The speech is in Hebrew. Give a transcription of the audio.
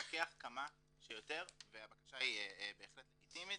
לפקח כמה שיותר והבקשה היא בהחלט לגיטימית.